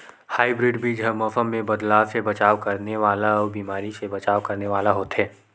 hybrid बीज हा मौसम मे बदलाव से बचाव करने वाला अउ बीमारी से बचाव करने वाला होथे